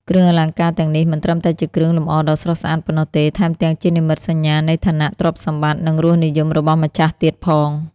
គ្រឿងអលង្ការទាំងនេះមិនត្រឹមតែជាគ្រឿងលម្អដ៏ស្រស់ស្អាតប៉ុណ្ណោះទេ ថែមទាំងជានិមិត្តសញ្ញានៃឋានៈ ទ្រព្យសម្បត្តិ និងរសនិយមរបស់ម្ចាស់ទៀតផង។